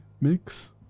mix